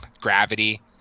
Gravity